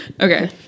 Okay